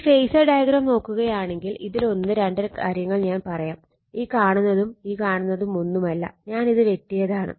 ഇനി phasor diagram നോക്കുകയാണെങ്കിൽ ഇതിലൊന്ന് രണ്ട് കാര്യങ്ങൾ ഞാൻ പറയാം ഈ കാണുന്നതും ഈ കാണുന്നതും ഒന്നുമല്ല ഞാൻ അത് വെട്ടിയതാണ്